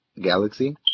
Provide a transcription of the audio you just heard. galaxy